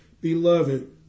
Beloved